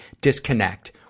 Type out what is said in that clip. disconnect